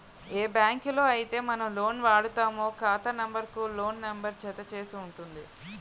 ఏ బ్యాంకులో అయితే మనం లోన్ వాడుతామో ఖాతా నెంబర్ కు లోన్ నెంబర్ జత చేసి ఉంటుంది